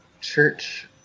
church